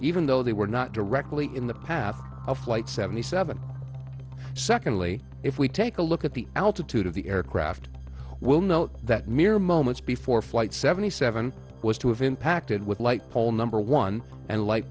even though they were not directly in the path of flight seventy seven secondly if we take a look at the altitude of the aircraft we'll know that mere moments before flight seventy seven was to have impacted with light pole number one and li